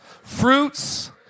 fruits